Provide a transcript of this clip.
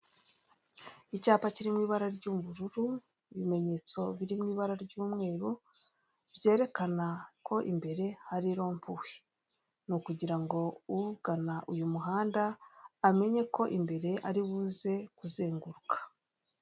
Icyapa kiri mu ibara ry'ubururu, ibimenyetso biri mu ibara ry'umweru, byerekena ko imbere hari rompuwe. Ni ukugira ngo ugana uyu muhanda amenye ko agomba kuzenguruka.